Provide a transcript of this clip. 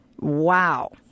Wow